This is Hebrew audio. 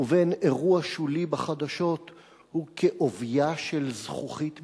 לבין אירוע שולי בחדשות הוא כעוביה של זכוכית ממוגנת?